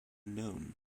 known